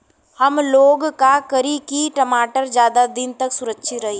हमलोग का करी की टमाटर ज्यादा दिन तक सुरक्षित रही?